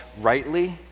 rightly